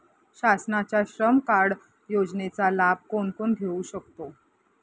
शासनाच्या श्रम कार्ड योजनेचा लाभ कोण कोण घेऊ शकतो?